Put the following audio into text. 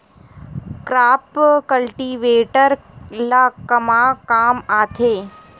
Crop cultivator ला कमा काम आथे?